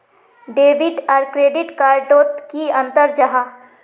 Debit आर credit card डोट की अंतर जाहा?